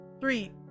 three